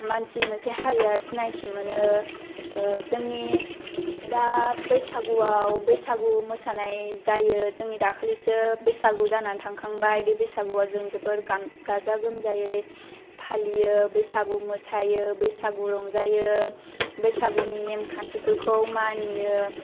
मानसि मोनसे हारिया सिनायथि मोनो जोंनि दा बैसागुआव बैसागु मोसानाय जायो जोंनि दाखालिसो बैसागुआ जानानै थांखांबाय बे बैसागुआव जों जोबोद गाजा गोमजायै फालियो बैसागु मोसायो बैसागु रंजायो बैसागुनि नेम खानथिफोरखौ मानियो